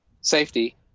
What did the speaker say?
Safety